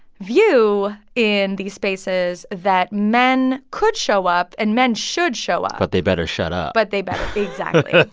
view in these spaces that men could show up and men should show up. but they better shut up. but they better exactly.